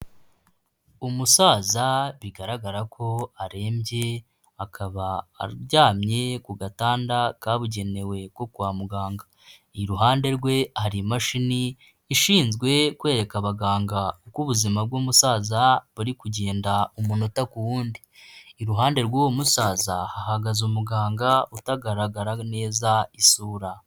Umusaza bigaragara ko arembye akaba aryamye ku gatanda kabugenewe ko kwa muganga, iruhande rwe hari imashini ishinzwe kwereka abaganga uko ubuzima bw'umusaza buri kugenda umunota ku wundi, iruhande rw'uwo musaza hahagaze umuganga utagaragara neza isura.